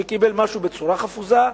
שקיבל משהו בצורה חפוזה,